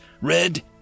Red